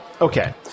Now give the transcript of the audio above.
okay